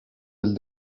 del